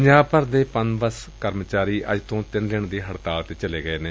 ਪੰਜਾਬ ਭਰ ਦੇ ਪਨਬੱਸ ਕਰਮਚਾਰੀ ਅੱਜ ਤੋਂ ਤਿੰਨ ਦਿਨ ਦੇ ਲਈ ਹੜਤਾਲ ਤੇ ਚਲੇ ਗਏ ਨੇ